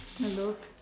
hello